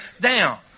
down